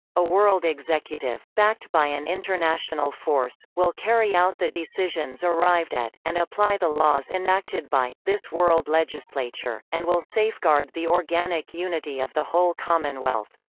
a world executive, backed by an international force, will carry out the decisions arrived at, and apply the laws laws enacted by, this world legislature, and will safeguard the organic unity of the whole commonwealth.